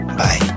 Bye